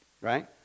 right